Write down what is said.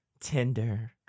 Tinder